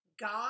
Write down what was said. God